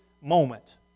moment